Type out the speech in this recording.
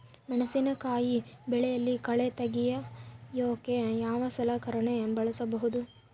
ಮೆಣಸಿನಕಾಯಿ ಬೆಳೆಯಲ್ಲಿ ಕಳೆ ತೆಗಿಯೋಕೆ ಯಾವ ಸಲಕರಣೆ ಬಳಸಬಹುದು?